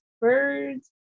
birds